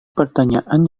pertanyaan